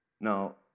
Now